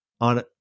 on